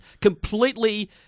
completely